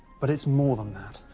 but it's more than that.